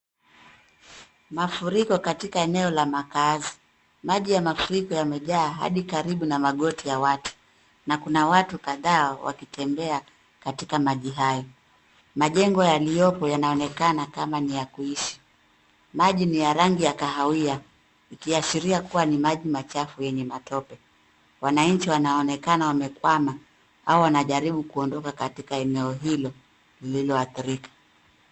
Mafuriko katika eneo la makazi. Maji ya mafuriko umejaa Hadi karibu na magoti ya watu na kuna watu kadhaa wakitembea katika maji hayo. Majengo yaliyopo yanaonekana ni kama ni ya kuishi. Maji ni ya rangi ya kahawia ikiashiria kuwa ni maji machafu yenye matope. Wananchi wanaonekana wamekwama au wanaondoka katika eneo hili lililoathirika.